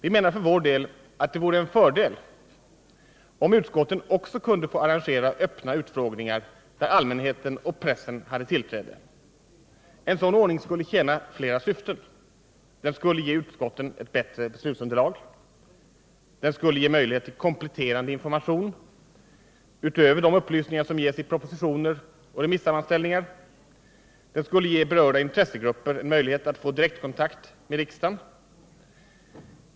I folkpartiet menar vi att det vore en fördel om utskotten också kunde få arrangera öppna utfrågningar där allmänheten och pressen hade tillträde. En sådan ordning skulle tjäna flera syften. Den skulle ge utskotten ett bättre beslutsunderlag. Den skulle ge möjlighet till kompletterande information utöver de upplysningar som ges i propositioner och remissammanställningar. Den skulle ge berörda intressegrupper en möjlighet att få direktkontakt med riksdagen.